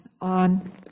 on